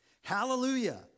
Hallelujah